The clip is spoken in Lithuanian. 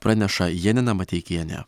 praneša janina mateikienė